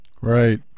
Right